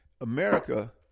America